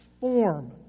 form